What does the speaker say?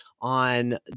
on